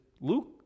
Luke